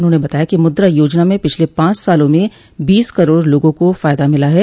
उन्होंने बताया कि मुद्रा योजना में पिछले पांच सालों में बीस करोड़ लोगों को फायदा मिला है